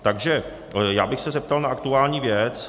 Takže já bych se zeptal na aktuální věc.